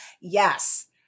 Yes